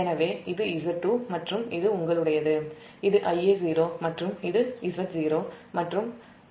எனவே இதுZ2 மற்றும் இது உங்களுடையது இது Ia0 மற்றும் இது Z0 மற்றும் 3 Zf அவை தொடரில் உள்ளன